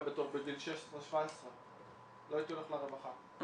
בגיל 16-17. לא הייתי הולך לרווחה,